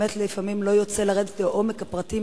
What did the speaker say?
באמת לפעמים לא יוצא לרדת לעומק הפרטים